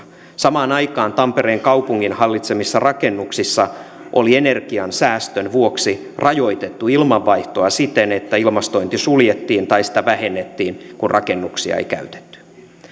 samaan aikaan tampereen kaupungin hallitsemissa rakennuksissa oli energiansäästön vuoksi rajoitettu ilmanvaihtoa siten että ilmastointi suljettiin tai sitä vähennettiin kun rakennuksia ei käytetty